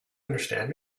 understand